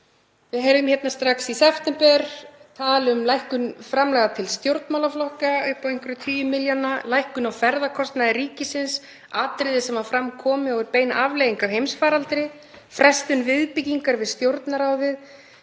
Við heyrðum hérna strax í september tal um lækkun framlaga til stjórnmálaflokka upp á einhverja tugi milljóna, lækkun á ferðakostnaði ríkisins, atriði sem fram komu og eru bein afleiðing af heimsfaraldri, frestun viðbyggingar við Stjórnarráðið.